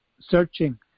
searching